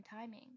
timing